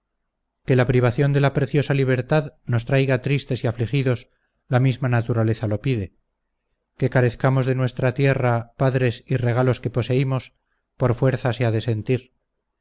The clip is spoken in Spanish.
que la privación de la preciosa libertad nos traiga tristes y afligidos la misma naturaleza lo pide que carezcamos de nuestra tierra padres y regalos que poseímos por fuerza se ha de sentir